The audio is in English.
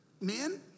Men